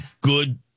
good